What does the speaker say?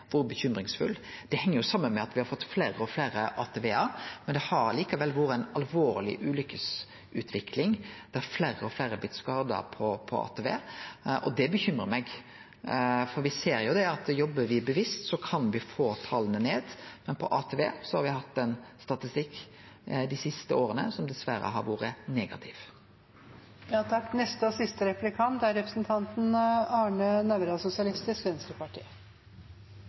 Det heng saman med at me har fått fleire og fleire ATV-ar, men det har likevel vore ei alvorleg utvikling i ulykkene, der fleire og fleire har blitt skadde på ATV. Det uroar meg. Me ser at jobbar me bevisst, kan me få tala ned, men for ATV har me hatt ein statistikk dei siste åra som dessverre har vore